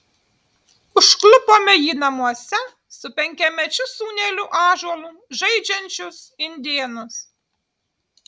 užklupome jį namuose su penkiamečiu sūneliu ąžuolu žaidžiančius indėnus